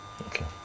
Okay